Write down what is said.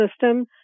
system